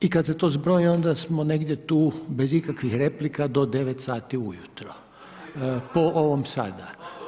I kada se to zbroji, onda smo negdje tu bez ikakvih replika do 9 sati ujutro, po ovome sada.